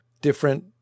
different